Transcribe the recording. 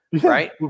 Right